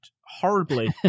horribly